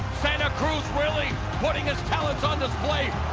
santa cruz really putting his talents on display.